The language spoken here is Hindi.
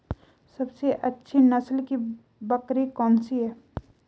सबसे अच्छी नस्ल की बकरी कौन सी है?